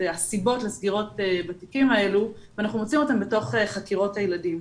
הסיבות לסגירות בתיקים האלה ואנחנו מוצאים אותן בתוך חקירות הילדים.